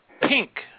pink